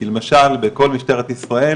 כי למשל בכל משטרת ישראל